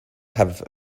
have